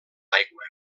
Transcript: aigua